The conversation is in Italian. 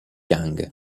yang